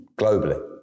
globally